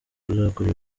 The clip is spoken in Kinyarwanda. kuzakora